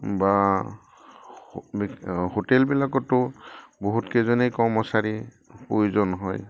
বা হোটেলবিলাকতো বহুতকেইজনেই কৰ্মচাৰী প্ৰয়োজন হয়